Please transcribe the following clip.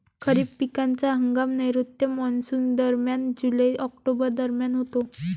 खरीप पिकांचा हंगाम नैऋत्य मॉन्सूनदरम्यान जुलै ऑक्टोबर दरम्यान होतो